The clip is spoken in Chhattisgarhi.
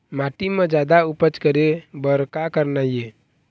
माटी म जादा उपज करे बर का करना ये?